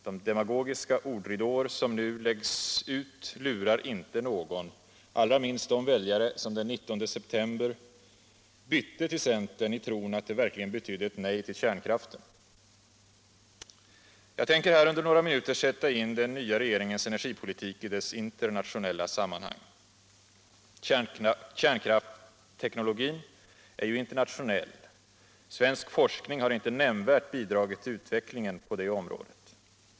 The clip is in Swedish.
De demagogiska ordridåer som nu läggs ut lurar inte någon — allra minst de väljare som den 19 september bytte till centern i tron att det verkligen betydde ett nej till kärnkraften. Jag tänker här under några minuter sätta in den nya regeringens energipolitik i dess internationella sammanhang. Kärnkraftsteknologin är ju internationell. Svensk forskning har inte nämnvärt bidragit till utvecklingen på det området.